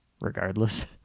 regardless